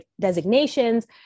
designations